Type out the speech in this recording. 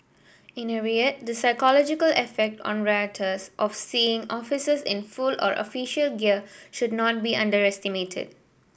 in a riot the psychological effect on rioters of seeing officers in full or official gear should not be underestimated